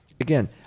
Again